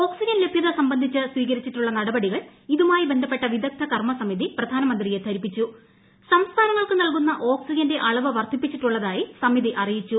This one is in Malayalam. ഓക്സ്ട്രിജൻ ലഭ്യത സംബന്ധിച്ച് സ്വീകരിച്ചിട്ടുള്ള നടപടികൾ ഇതുമായി ബ്ലസ്പ്പെട്ട് വിദഗ്ദ്ധ കർമ്മസമിതി പ്രധാനമന്ത്രിയെ ധരിപ്പിച്ചു സംസ്ഥാനങ്ങൾക്ക് നൽകുന്ന ഓക്സിജന്റെ അളവ് വർദ്ധിപ്പിച്ചിട്ടുള്ളതായി സമിതി അറിയിച്ചു